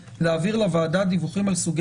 אנחנו כן עושים תהליכים של מה נקרא